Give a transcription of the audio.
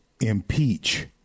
impeach